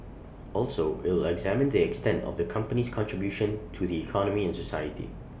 also will examine the extent of the company's contribution to the economy and society